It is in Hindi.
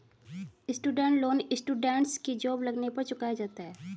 स्टूडेंट लोन स्टूडेंट्स की जॉब लगने पर चुकाया जाता है